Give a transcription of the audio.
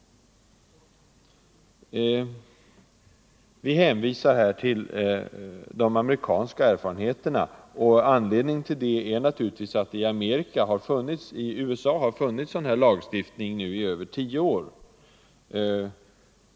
Nr 130 Vi hänvisar här till de amerikanska erfarenheterna, och anledningen Torsdagen den till det är naturligtvis att det i USA har funnits lagstiftning mot köns 28 november 1974 diskriminering i över tio år.